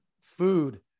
food